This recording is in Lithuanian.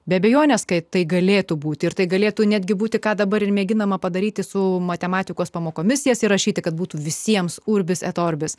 be abejonės kai tai galėtų būti ir tai galėtų netgi būti ką dabar ir mėginama padaryti su matematikos pamokomis jas įrašyti kad būtų visiems urbis et orbis